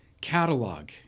catalog